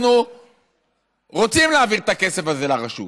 אנחנו רוצים להעביר את הכסף הזה לרשות,